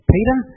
Peter